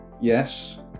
yes